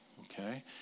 okay